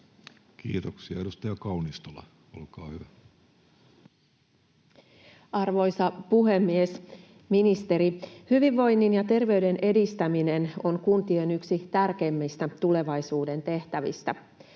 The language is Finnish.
Kiitoksia. — Edustaja Kaunistola, olkaa hyvä. Arvoisa puhemies! Ministeri, hyvinvoinnin ja terveyden edistäminen on kuntien yksi tärkeimmistä tulevaisuuden tehtävistä.